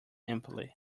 empty